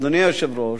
אדוני היושב-ראש,